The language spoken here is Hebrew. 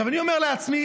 עכשיו אני אומר לעצמי: